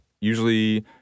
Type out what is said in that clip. Usually